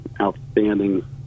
outstanding